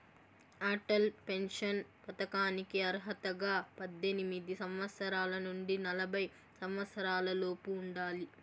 Atal pension పథకానికి అర్హతగా పద్దెనిమిది సంవత్సరాల నుండి నలభై సంవత్సరాలలోపు ఉండాలి